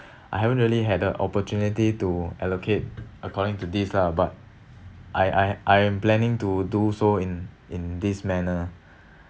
I haven't really had a opportunity to allocate according to this lah but I~ I~ I'm planning to do so in in this manner